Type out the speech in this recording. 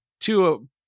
two